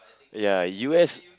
ya U_S